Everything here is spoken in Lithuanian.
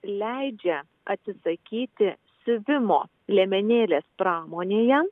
leidžia atsisakyti siuvimo liemenėlės pramonėje